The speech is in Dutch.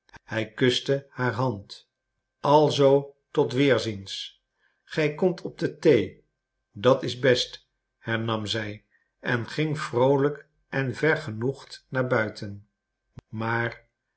hij kuste haar hand alzoo tot weerziens gij komt op de thee dat is best hernam zij en ging vroolijk en vergenoegd naar buiten maar